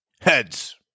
Heads